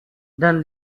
then